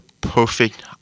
perfect